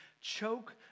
choke